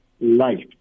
life